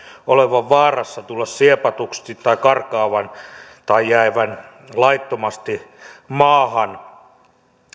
olevan vaarassa tulla siepatuksi karkaavan tai jäävän laittomasti maahan